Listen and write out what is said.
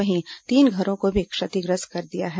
वहीं तीन घरों को भी क्षतिग्रस्त किया है